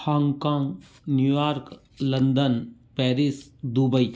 Hong Kong New York London Paris Dubai